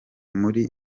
muri